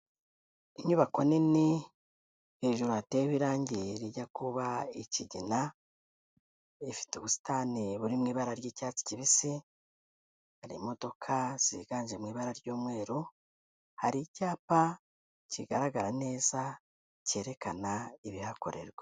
Inyubako nini hejuru hateyeho irangi rijya kuba ikigina, ifite ubusitani buri mu ibara ry'icyatsi kibisi, hari imodoka ziganje mu ibara ry'umweru, hari icyapa kigaragara neza cyerekana ibihakorerwa.